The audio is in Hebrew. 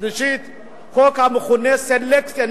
ושלישית של החוק המכונה חוק הסלקציה,